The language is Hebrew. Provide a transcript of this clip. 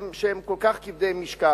שהם כל כך כבדי משקל.